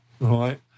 right